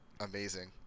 Amazing